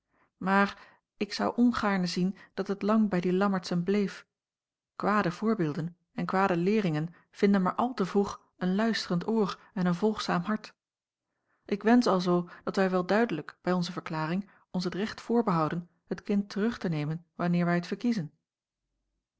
maar ik zou ongaarne zien dat het lang bij die lammertszen bleef kwade voorbeelden en kwade leeringen vinden maar al te vroeg een luisterend oor en een volgzaam hart ik wensch alzoo dat wij wel duidelijk bij onze verklaring ons het recht voorbehouden het kind terug te nemen wanneer wij t verkiezen